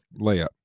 layup